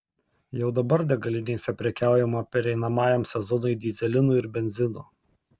jau dabar degalinėse prekiaujama pereinamajam sezonui dyzelinu ir benzinu